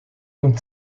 und